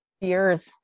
years